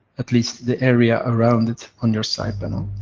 at least the area around it, on your side panel.